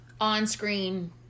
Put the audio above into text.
on-screen